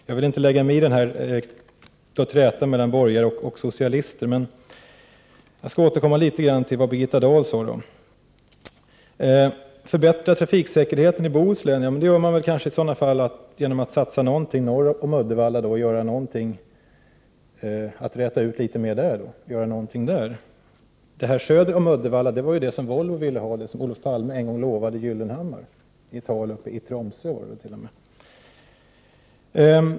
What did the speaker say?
Jag vill inte lägga mig i trätan mellan borgare och socialister, men jag skall återkomma litet till vad Birgitta Dahl sade. Förbättra trafiksäkerheten i Bohuslän — det gör man kanske genom att satsa på sträckan norr om Uddevalla och räta ut den. Vägsträckan söder om Uddevalla var den som Volvo ville ha och som Olof Palme en gång lovade Pehr Gyllenhammar i ett tal i Tromsö.